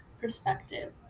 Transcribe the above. perspective